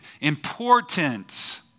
important